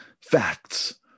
facts